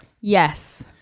Yes